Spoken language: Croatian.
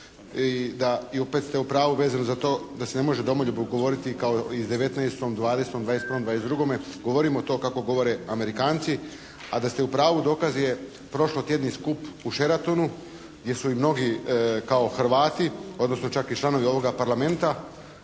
opet ste u pravu vezano za to da se ne može domoljubno govoriti kao iz, 19., 20., 21., 22. Govorimo to kako govore Amerikanci. A da ste u pravu dokaz je prošlotjedni skup u Sheratonu gdje su i mnogi kao Hrvati odnosno čak i članovi ovoga Parlamenta